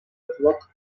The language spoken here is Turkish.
kulak